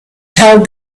told